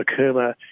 Akuma